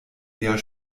eher